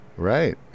Right